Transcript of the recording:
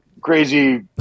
crazy